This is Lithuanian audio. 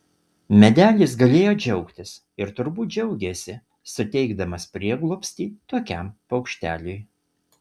medelis galėjo džiaugtis ir turbūt džiaugėsi suteikdamas prieglobstį tokiam paukšteliui